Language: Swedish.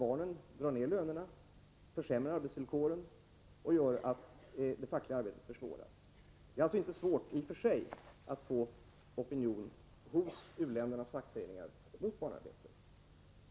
Barnen drar ner lönerna, försämrar arbetsvillkoren och gör att det fackliga arbetet försvåras. Det är alltså inte svårt i och för sig att få opinion hos u-ländernas fackföreningar mot barnarbete.